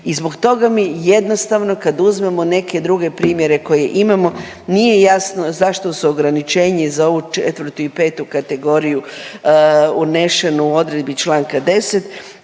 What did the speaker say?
I zbog toga mi jednostavno kad uzmemo neke druge primjere koje imamo nije jasno zašto su ograničenje za ovu 4. i 5. kategoriju unešeno u odredbi čl. 10.